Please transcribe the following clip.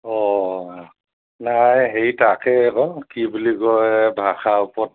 অঁ নাই হেৰি তাকেই আকৌ কি বুলি কয় ভাষা ওপৰত